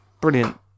brilliant